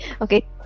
okay